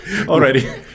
already